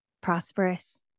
prosperous